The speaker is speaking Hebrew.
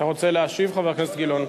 אתה רוצה להשיב, חבר הכנסת גילאון?